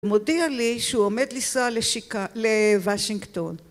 הוא מודיע לי שהוא עומד לנסוע לשיק... ל... וושינגטון.